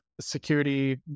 security